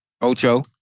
Ocho